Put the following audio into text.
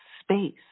space